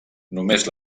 només